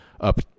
up